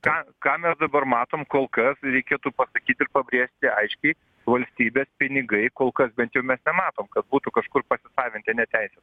ką ką mes dabar matom kol kas reikėtų pasakyt ir pabrėžti aiškiai valstybės pinigai kol kas bent jau mes nematom kad būtų kažkur pasisavinti neteisėtai